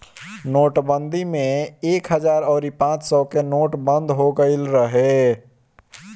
नोटबंदी में एक हजार अउरी पांच सौ के नोट बंद हो गईल रहे